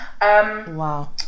wow